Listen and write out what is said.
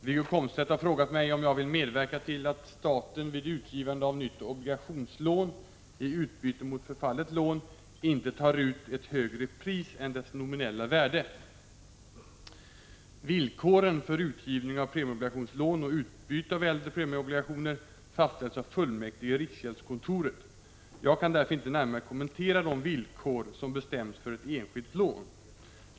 Fru talman! Wiggo Komstedt har frågat mig om jag vill medverka till att staten vid utgivande av nytt obligationslån i utbyte mot förfallet lån inte tar ut ett högre pris än dess nominella värde. Villkoren för utgivning av premieobligationslån och utbyte av äldre premieobligationer fastställs av fullmäktige i riksgäldskontoret. Jag kan därför inte närmare kommentera de villkor som bestämts för ett enskilt lån.